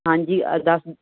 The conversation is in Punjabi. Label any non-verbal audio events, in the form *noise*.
ਹਾਂਜੀ ਅਰਦਾ *unintelligible*